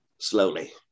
slowly